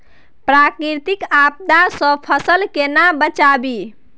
प्राकृतिक आपदा सं फसल केना बचावी?